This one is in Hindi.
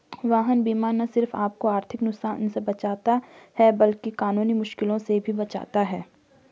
वाहन बीमा न सिर्फ आपको आर्थिक नुकसान से बचाता है, बल्कि कानूनी मुश्किलों से भी बचाता है